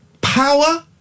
power